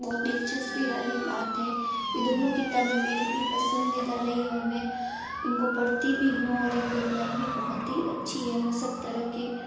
बहुत दिलचस्पी वाली बात है यह दोनों किताबें मेरी भी पसंदीदा रही और मैं इनको पढ़ती भी हूँ और यह घटनाएं भी बहुत ही अच्छी है मैं सब तरह के